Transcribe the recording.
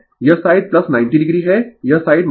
यह side 90o है यह साइड 90o है